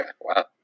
Wow